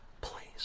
Please